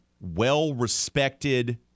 well-respected